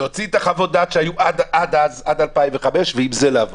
להוציא את חוות הדעת שהיו עד 2005 ועם זה לעבוד.